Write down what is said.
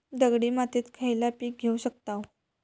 दगडी मातीत खयला पीक घेव शकताव?